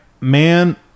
man